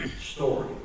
story